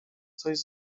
coś